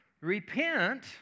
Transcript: repent